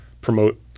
promote